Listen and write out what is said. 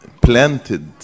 planted